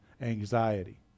anxiety